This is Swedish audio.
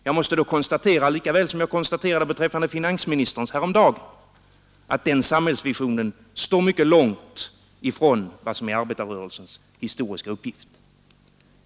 Jag måste då konstatera, likaväl som jag konstaterade beträffande finansministerns samhällsvision härom dagen, att den står mycket långt från vad som är arbetarrörelsens historiska uppgift.